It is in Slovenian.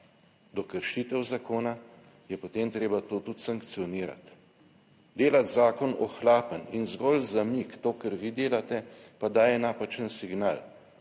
do kršitev zakona, je potem treba to tudi sankcionirati. Delati zakon ohlapen in zgolj zamik, to kar vi delate, pa daje napačen signal,